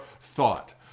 thought